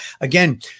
again